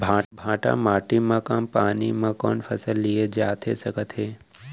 भांठा माटी मा कम पानी मा कौन फसल लिए जाथे सकत हे?